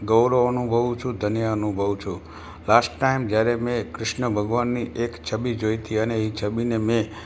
ગૌરવ અનુભવું છું ધન્ય અનુભવું છું લાસ્ટ ટાઇમ જ્યારે મેં કૃષ્ણ ભગવાનની એક છબી જોઇ હતી અને એ છબીને મેં